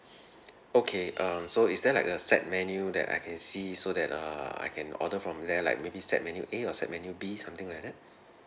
okay um so is there like a set menu that I can see so that err I can order from there like maybe set menu A or set menu B something like that